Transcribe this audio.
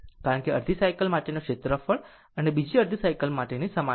કારણ કે અડધી સાયકલ માટેનું ક્ષેત્રફળ અને બીજા અડધી સાયકલ ની સમાન છે